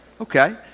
Okay